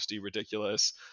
ridiculous